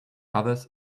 others